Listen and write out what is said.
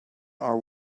are